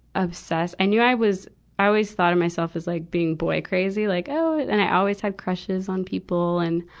obsessed. i knew i was, i always thought of myself as like being boy crazy, like oh! and and i always had crushes on people. and,